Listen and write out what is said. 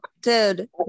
Dude